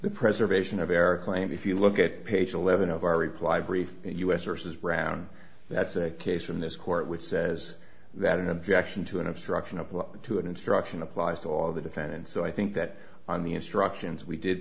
the preservation of air claim if you look at page eleven of our reply brief us or says brown that's a case from this court which says that an objection to an obstruction apply to an instruction applies to all the defendants so i think that on the instructions we did